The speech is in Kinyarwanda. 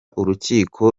urukiko